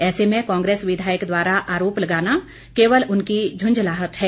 ऐसे में कांग्रेस विधायक द्वारा आरोप लगाना केवल उनकी झुंझलाहट है